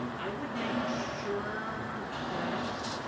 um i would make sure that